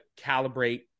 calibrate